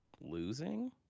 losing